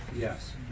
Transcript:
Yes